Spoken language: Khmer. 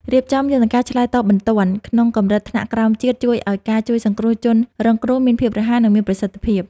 រៀបចំយន្តការឆ្លើយតបបន្ទាន់ក្នុងកម្រិតថ្នាក់ក្រោមជាតិជួយឱ្យការជួយសង្គ្រោះជនរងគ្រោះមានភាពរហ័ស និង មានប្រសិទ្ធភាព។